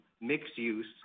mixed-use